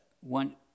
one